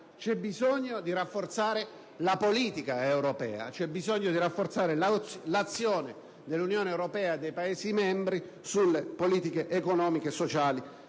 c'è bisogno di rafforzare la politica europea, di rafforzare l'azione dell'Unione europea e dei Paesi membri sulle politiche economico-sociali